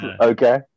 Okay